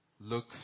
look